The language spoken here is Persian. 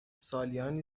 سالیانی